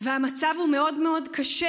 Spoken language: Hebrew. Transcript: והמצב מאוד מאוד קשה.